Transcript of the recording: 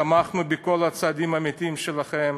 תמכנו בכל הצעדים האמיתיים שלכם.